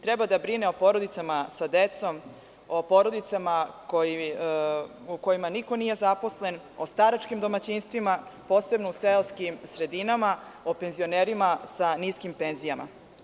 Treba da brine o porodicama sa decom, o porodicama u kojima niko nije zaposlen, o staračkim domaćinstvima, posebno u seoskim sredinama, o penzionerima sa niskim penzijama.